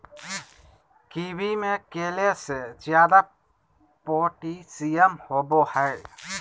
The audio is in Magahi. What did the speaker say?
कीवी में केले से ज्यादा पोटेशियम होबो हइ